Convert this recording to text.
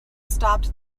stopped